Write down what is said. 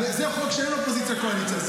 זה חוק שאין בו אופוזיציה קואליציה.